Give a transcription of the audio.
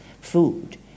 food